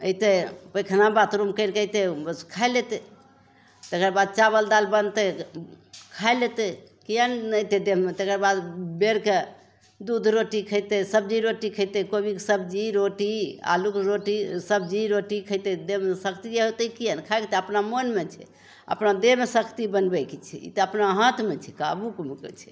अइतय पैखाना बाथरूम करिके अइतय बस खाय लेतय तकर बाद चावल दालि बनतय खाय लेतय किआ नहि अइतय देहमे तकर बाद बेरके दूध रोटी खइतय सब्जी रोटी खइतय कोबीके सब्जी रोटी आलूके रोटी सब्जी रोटी खइतय देहमे शक्ति औतय किआ खायके अपना मोनमे छै अपना देहमे शक्ति बनबयके छै ई तऽ अपना हाथमे छै काबूके छै